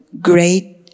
great